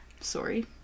Sorry